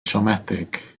siomedig